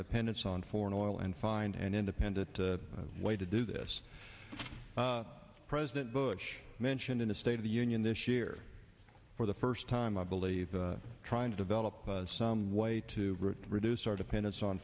dependence on foreign oil and find an independent way to do this president bush mentioned in a state of the in this year for the first time i believe trying to develop some way to reduce our dependence on